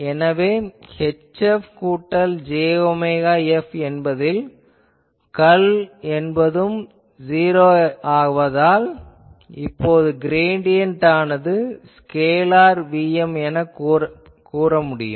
எனவே HF கூட்டல் j omega F என்பதில் கர்ல் என்பது '0' என்பதால் இவற்றின் கிரேடியன்ட் ஆனது ஸ்கேலார் Vm எனக் கூற முடியும்